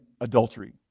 adultery